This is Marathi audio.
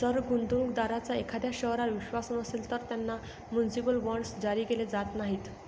जर गुंतवणूक दारांचा एखाद्या शहरावर विश्वास नसेल, तर त्यांना म्युनिसिपल बॉण्ड्स जारी केले जात नाहीत